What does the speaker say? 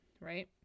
right